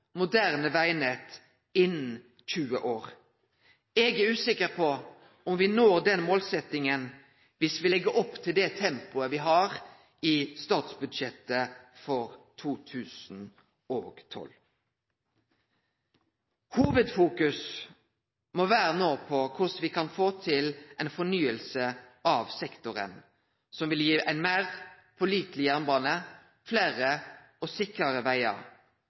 moderne vegnett innan 20 år. Eg er usikker på om me når den målsetjinga viss me legg opp til det tempoet me har, i statsbudsjettet for 2012. Hovudfokuset må no vere på korleis me kan få til ei fornying av sektoren som vil gi ein meir påliteleg jernbane, fleire og sikrare vegar